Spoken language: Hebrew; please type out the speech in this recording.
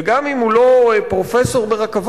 וגם אם הוא לא פרופסור ברכבות,